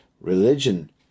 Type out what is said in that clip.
religion